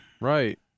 Right